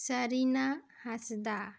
Sarina Hansda